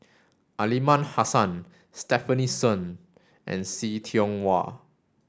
Aliman Hassan Stefanie Sun and See Tiong Wah